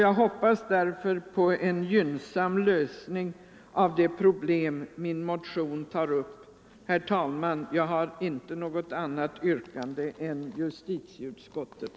Jag hoppas därför på en gynnsam lösning av det problem min motion tar upp. Herr talman! Jag har inte något annat yrkande än justitieutskottet.